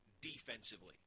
defensively